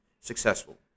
successful